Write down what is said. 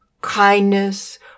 kindness